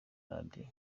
radio